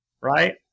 right